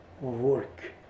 work